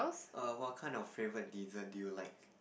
err what kind of favourite dessert do you like